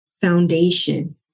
foundation